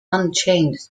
unchanged